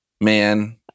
Man